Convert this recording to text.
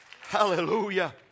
Hallelujah